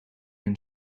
een